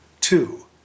Two